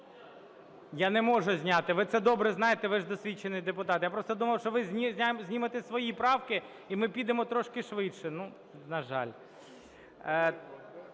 Я не можу зняти, ви це добре знаєте, ви ж досвідчений депутат. Я просто думав, що ви знімете свої правки, і ми підемо трошки швидше. Ну, на жаль.